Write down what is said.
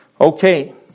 Okay